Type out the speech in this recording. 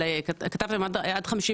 כתבתם עד 55%,